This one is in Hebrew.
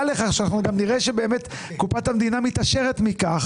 לכך וגם נראה שבאמת קופת המדינה מתעשרת מכך.